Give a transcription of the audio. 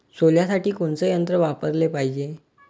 सोल्यासाठी कोनचं यंत्र वापराले पायजे?